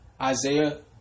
Isaiah